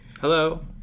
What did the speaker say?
Hello